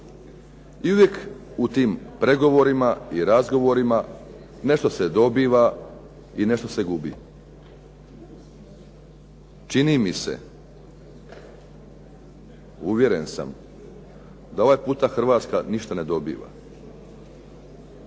I uvijek u tim pregovorima i razgovorima nešto se dobiva i nešto se gubi. Čini mi se, uvjeren sam da ovaj puta Hrvatska ništa ne dobiva.